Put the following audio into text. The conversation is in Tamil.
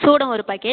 சூடம் ஒரு பாக்கெட்